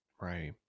Right